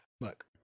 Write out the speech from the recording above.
look